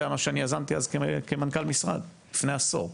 זה היה משהו שאני יזמתי אז כמנכ"ל משרד לפני עשור.